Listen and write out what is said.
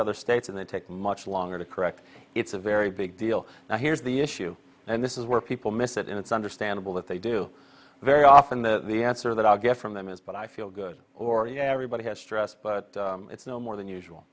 other states and they take much longer to correct it's a very big deal now here's the issue and this is where people miss it and it's understandable that they do very often the the answer that i get from them is but i feel good or yeah everybody has stress but it's no more than usual